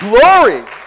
Glory